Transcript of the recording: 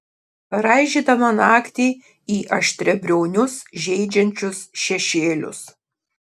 raižydama naktį į aštriabriaunius žeidžiančius šešėlius